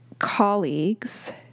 colleagues